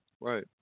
Right